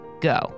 Go